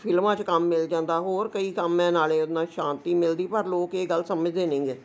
ਫਿਲਮਾਂ 'ਚ ਕੰਮ ਮਿਲ ਜਾਂਦਾ ਹੋਰ ਕਈ ਕੰਮ ਹੈ ਨਾਲੇ ਉਹਨਾ ਸ਼ਾਂਤੀ ਮਿਲਦੀ ਪਰ ਲੋਕ ਇਹ ਗੱਲ ਸਮਝਦੇ ਨਹੀਂ ਹੈਗੇ